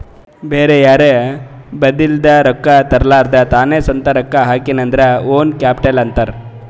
ಬ್ಯಾರೆ ಯಾರ್ ಬಲಿಂದ್ನು ರೊಕ್ಕಾ ತರ್ಲಾರ್ದೆ ತಾನೇ ಸ್ವಂತ ರೊಕ್ಕಾ ಹಾಕಿನು ಅಂದುರ್ ಓನ್ ಕ್ಯಾಪಿಟಲ್ ಅಂತಾರ್